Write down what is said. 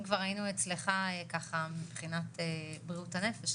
כבר היינו אצלך ככה מבחינת בריאות הנפש,